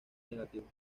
negativos